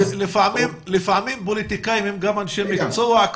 לפעמים פוליטיקאים הם גם אנשי מקצוע,